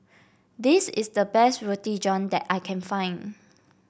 this is the best Roti John that I can find